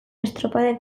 estropadek